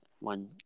one